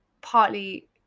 partly